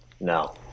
No